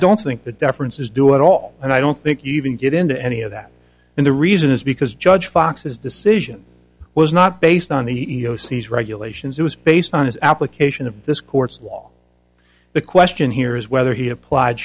don't think the deference is due at all and i don't think you even get into any of that and the reason is because judge fox his decision was not based on the e e o c as regulations it was based on his application of this court's law the question here is whether he applied